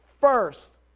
first